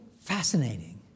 fascinating